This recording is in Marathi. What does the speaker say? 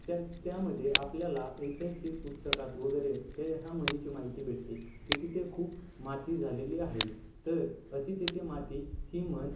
त्या त्यामध्ये आपल्याला ऐतिहासिक पुस्तकात वगैरे त्या ह्या मनीची माहिती भेटते की तिथे खूप माती झालेली आहे तर अति तिथे माती ही म्हण